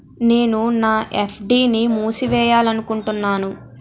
నేను నా ఎఫ్.డి ని మూసివేయాలనుకుంటున్నాను